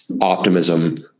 optimism